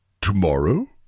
tomorrow